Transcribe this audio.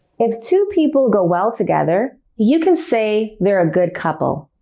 if two people go well together, you can say they're a good couple.